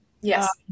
Yes